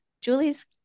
Julie's